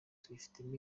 tubifitemo